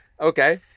okay